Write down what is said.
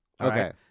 Okay